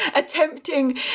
attempting